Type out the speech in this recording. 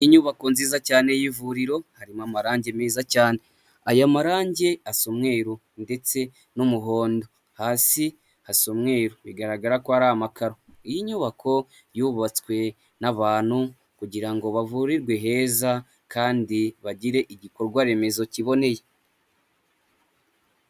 Inyubako nziza cyane y'ivuriro harimo amarangi meza cyane ayo marangi asa umweru ndetse n'umuhondo hasi hasa umweru bigaragara ko ari amakaro, iyi nyubako yubatswe n'abantu kugira bavurirwe heza kandi bagire igikorwa remezo kiboneye.